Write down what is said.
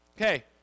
Okay